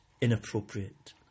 inappropriate